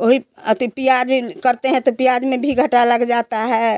वो भी आती प्याज करते हैं तो प्याज में भी घाटा लग जाता है